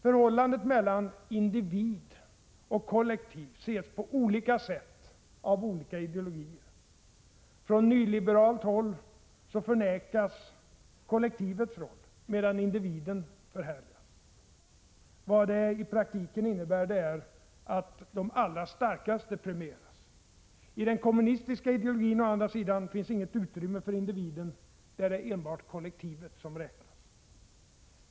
Förhållandet mellan individ och kollektiv ser ut på olika sätt inom olika ideologier. Från nyliberalt håll förnekas kollektivets roll, medan individen förhärligas. I praktiken innebär det att de allra starkaste premieras. I den kommunistiska ideologin finns å andra sidan inget utrymme för individen — där är det enbart kollektivet som räknas.